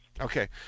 Okay